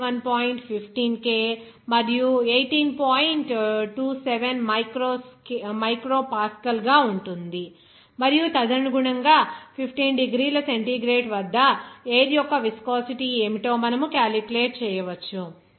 27 micro pascal గా ఉంటుంది మరియు తదనుగుణంగా 15 డిగ్రీల సెంటీగ్రేడ్ వద్ద ఎయిర్ యొక్క విస్కోసిటీ ఏమిటో మనము క్యాలిక్యులేట్ చేయవచ్చు